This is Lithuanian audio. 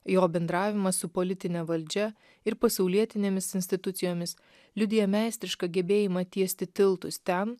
jo bendravimas su politine valdžia ir pasaulietinėmis institucijomis liudija meistrišką gebėjimą tiesti tiltus ten